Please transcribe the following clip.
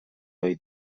ohi